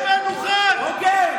הוא קורא לי בוגד.